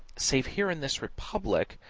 save here in this republic,